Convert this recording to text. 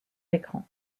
écran